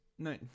No